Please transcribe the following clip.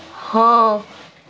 ہاں